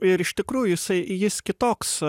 ir iš tikrųjų jisai jis kitoks